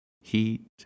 heat